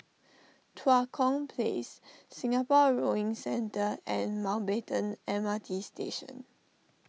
Tua Kong Place Singapore Rowing Centre and Mountbatten M R T Station